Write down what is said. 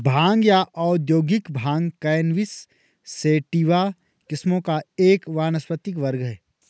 भांग या औद्योगिक भांग कैनबिस सैटिवा किस्मों का एक वानस्पतिक वर्ग है